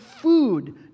food